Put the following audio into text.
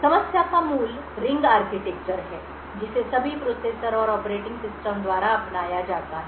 समस्या का मूल रिंग आर्किटेक्चर है जिसे सभी प्रोसेसर और ऑपरेटिंग सिस्टम द्वारा अपनाया जाता है